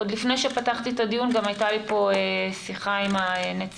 עוד לפני שפתחתי את הדיון גם הייתה לי פה שיחה עם הנציגות,